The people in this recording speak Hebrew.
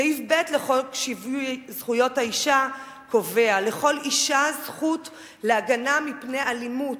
סעיף 6ב לחוק שיווי זכויות האשה קובע: לכל אשה זכות להגנה מפני אלימות,